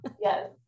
Yes